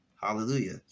hallelujah